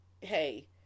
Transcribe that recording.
hey